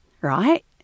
Right